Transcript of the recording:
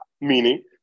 meaning